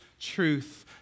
truth